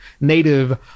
native